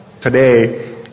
Today